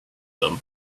them